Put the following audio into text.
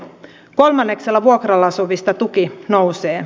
kolmanneksella vuokralla asuvista tuki nousee